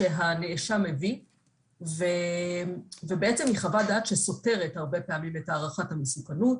שהנאשם הביא ובעצם היא חוות דעת שסותרת הרבה פעמים את הערכת המסוכנות,